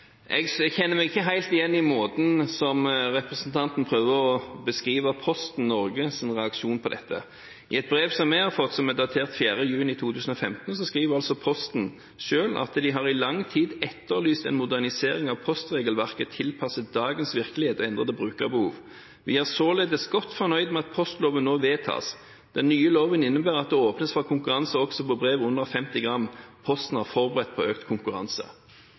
Jeg kjenner meg ikke helt igjen i måten som representanten prøver å beskrive Posten Norges reaksjon på. I et brev som vi har fått, datert 4. juni 2015, skriver Posten selv at de i lang tid har «etterlyst en modernisering av postregelverket tilpasset dagens virkelighet og endrede brukerbehov. Vi er således godt fornøyd med at postloven nå vedtas. Den nye loven innebærer at det åpnes for konkurranse også for brev under 50 gram. Posten er forberedt på økt konkurranse».